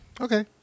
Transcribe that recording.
Okay